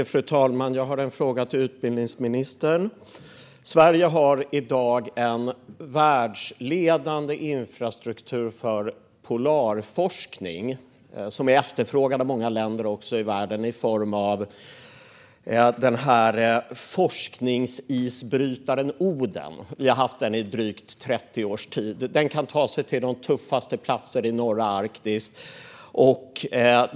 Fru talman! Jag har en fråga till utbildningsministern. Sverige har i dag en världsledande infrastruktur för polarforskning, som också är efterfrågad av många länder i världen, i form av forskningsisbrytaren Oden. Vi har haft den i drygt 30 års tid, och den kan ta sig till de tuffaste platserna i norra Arktis.